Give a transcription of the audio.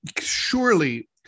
surely